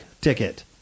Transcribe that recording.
ticket